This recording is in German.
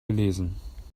gelesen